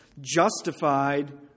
justified